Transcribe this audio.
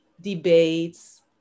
Debates